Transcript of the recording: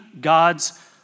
God's